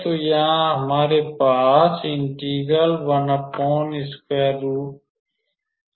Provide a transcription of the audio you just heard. तो यहाँ हमारे पास है